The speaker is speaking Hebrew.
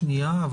שנייה,